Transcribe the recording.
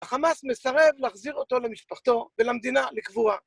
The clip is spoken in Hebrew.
החמאס מסרב להחזיר אותו למשפחתו ולמדינה לקבורה.